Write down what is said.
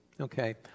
Okay